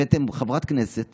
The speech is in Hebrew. הבאתם חברת כנסת